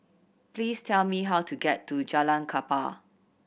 please tell me how to get to Jalan Kapal